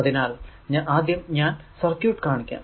അതിനാൽ ആദ്യം ഞാൻ സർക്യൂട് കാണിക്കാം